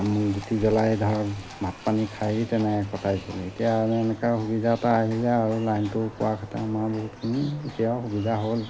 গুটি জ্বলাই ধৰ ভাত পানী খাই তেনেকৈ কটাইছিলোঁ এতিয়া মানে এনেকুৱা সুবিধা এটা আহিলে আৰু লাইনটো পোৱাৰ ক্ষেত্ৰত আমাৰ বহুতখিনি এতিয়াও সুবিধা হ'ল